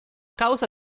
causa